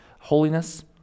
holiness